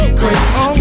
great